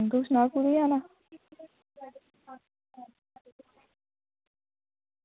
तू सना कुत्थे जाना